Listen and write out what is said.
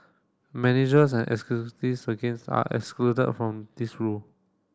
managers and executives against are excluded from this rule